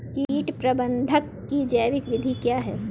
कीट प्रबंधक की जैविक विधि क्या है?